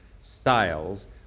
styles